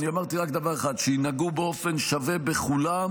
אני אמרתי רק דבר אחד: שינהגו באופן שווה בכולם,